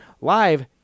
live